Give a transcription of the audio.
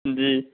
जी